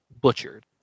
butchered